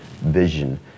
vision